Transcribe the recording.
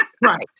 Right